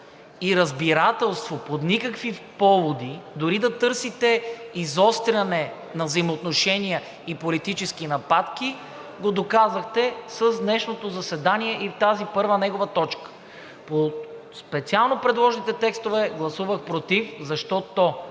и разбирателство по никакви поводи, дори да търсите изостряне на взаимоотношения и политически нападки, го доказахте с днешното заседание и тази първа негова точка. По специално предложените текстове гласувах против, защото